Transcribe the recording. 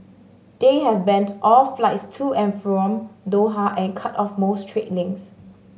they have banned all flights to and from Doha and cut off most trade links